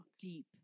deep